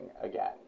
again